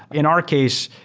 in our case,